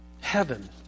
Heaven